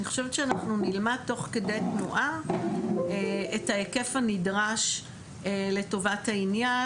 אני חושבת שאנחנו נלמד תוך כדי תנועה את ההיקף הנדרש לטובת העניין,